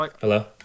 Hello